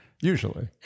Usually